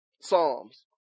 Psalms